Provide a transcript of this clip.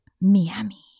Miami